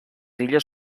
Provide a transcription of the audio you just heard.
illes